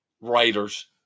writers